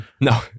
No